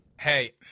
hey